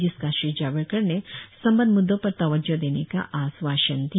जिसका श्री जावड़ेकर ने संबंद्ध म्द्दो पर तवज्जों देने का आश्वासन दिया